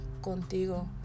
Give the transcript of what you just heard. contigo